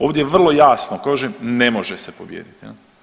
Ovdje vrlo jasno kaže ne može se pobijediti.